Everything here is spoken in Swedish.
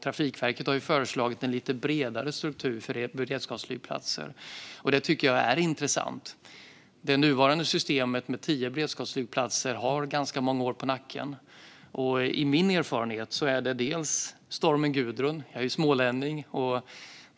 Trafikverket har föreslagit en lite bredare struktur för beredskapsflygplatser. Det tycker jag är intressant. Det nuvarande systemet med tio beredskapsflygplatser har ganska många år på nacken. I min erfarenhet har det bland annat varit stormen Gudrun. Jag är smålänning!